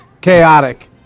Chaotic